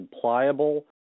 pliable